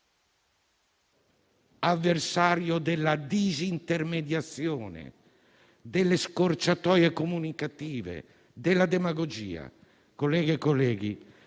avversario della disintermediazione, delle scorciatoie comunicative, della demagogia. Colleghe e colleghi,